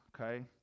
okay